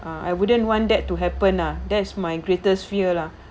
ah I wouldn't want that to happen ah that's my greatest fear lah